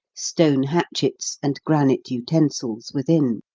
stone hatchets, and granite utensils within.